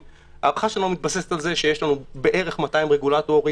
ההערכה שלנו מתבססת על זה שיש לנו בערך 200 רגולטורים,